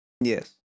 Yes